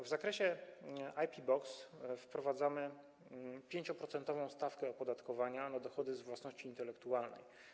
W zakresie IP Box wprowadzamy 5-procentową stawkę opodatkowania dochodów z własności intelektualnej.